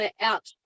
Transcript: out